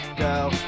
girl